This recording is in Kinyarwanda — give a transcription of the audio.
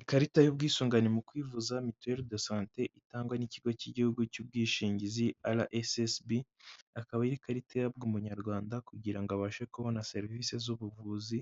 Ikarita y'ubwisungane mu kwivuza mituweri do sante itangwa n'ikigo cy'igihugu cy'ubwishingizi RSSB, akaba ari ikarita ihabwa umunyarwanda kugira ngo abashe kubona serivisi z'ubuvuzi